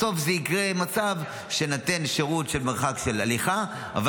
בסוף יקרה מצב שיינתן שירות במרחק של הליכה אבל